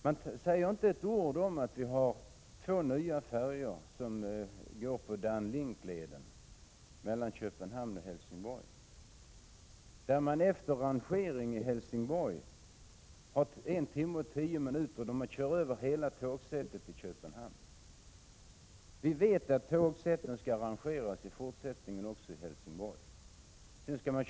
Man säger inte ett ord om att vi har två nya färjor som går på Dan Link-leden mellan Köpenhamn och Helsingborg, där man rangerar i Helsingborg och har en timma och tio minuter för att köra över hela tågsättet till Köpenhamn. Vi vet att tågsätten också i fortsättningen kommer att rangeras i Helsingborg.